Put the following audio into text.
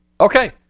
Okay